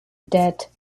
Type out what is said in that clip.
debt